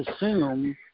assume